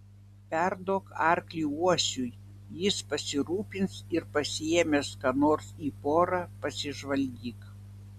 perduok arklį uosiui jis pasirūpins ir pasiėmęs ką nors į porą pasižvalgyk